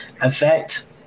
affect